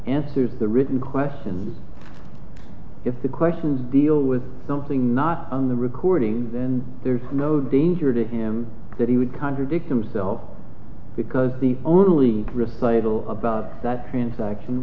answers the written questions if the questions deal with something not on the recording then there's no danger to him that he would contradict himself because the only recitals about that transaction